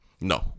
No